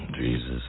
Jesus